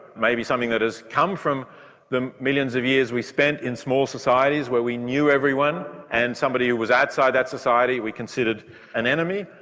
maybe something that has come from the millions of years we spent in small societies where we knew everyone and somebody who was outside that society we considered an enemy.